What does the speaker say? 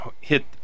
hit